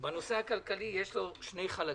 לנושא הכלכלי יש שני חלקים.